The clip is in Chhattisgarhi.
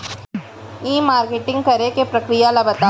ई मार्केटिंग करे के प्रक्रिया ला बतावव?